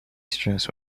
stressed